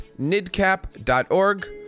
nidcap.org